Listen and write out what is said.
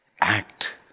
act